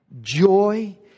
Joy